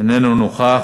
איננו נוכח.